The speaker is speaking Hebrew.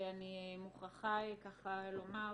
שאני מוכרחה לומר,